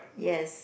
yes